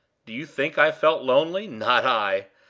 do you think i felt lonely? not i!